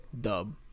Dub